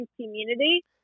Community